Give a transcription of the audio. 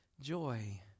joy